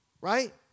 Right